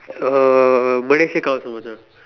uh Malaysia counts also Macha